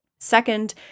Second